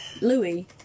Louis